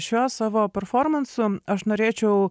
šiuo savo performansu aš norėčiau